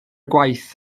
gwaith